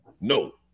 No